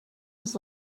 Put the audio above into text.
was